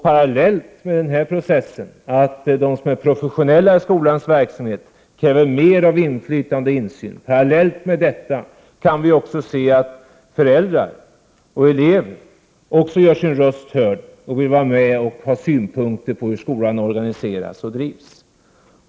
Parallellt med denna process, att de som är professionella i skolans verksamhet kräver mer av inflytande och insyn, kan vi se att föräldrar och elever också gör sina röster hörda och vill vara med och ha synpunkter på hur skolan organiseras och drivs.